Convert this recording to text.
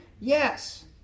Yes